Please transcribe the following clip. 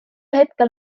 hetkel